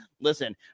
listen